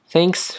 Thanks